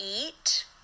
Eat